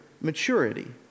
maturity